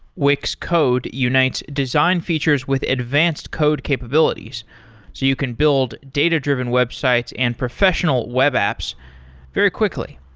wix code unites design features with advanced code capabilities, so you can build data-driven websites and professional web apps very quickly.